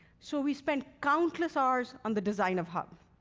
so we spent countless hours on the design of hub.